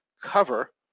cover